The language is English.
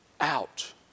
out